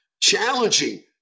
challenging